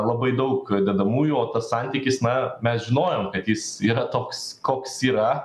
labai daug dedamųjų o tas santykis na mes žinojom kad jis yra toks koks yra